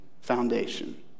foundation